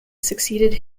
succeeded